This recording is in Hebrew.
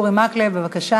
חבר הכנסת אורי מקלב, בבקשה,